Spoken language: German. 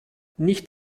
nicht